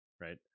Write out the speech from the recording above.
right